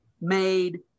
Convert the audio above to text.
made